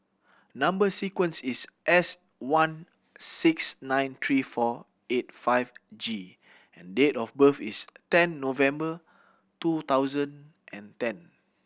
number sequence is S one six nine three four eight five G and date of birth is ten November two thousand and ten